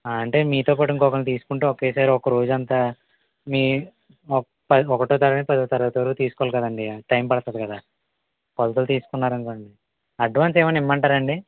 అంటే మీతోపాటు ఇంకొక్కరిని తీసుకుంటే ఒకేసారి ఒక రోజంతా మీ ఒ పదో ఒకోటో తరగతి పదో తరగతి వాళ్లకి తీసుకోవాలి కదండి టైమ్ పడుతుంది కదా కొలతలు తీసుకున్నారనుకోండి అడ్వాన్స్ ఏమన్నా ఇమ్మంటారండి